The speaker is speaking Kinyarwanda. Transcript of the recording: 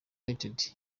united